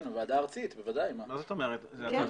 הוא יכול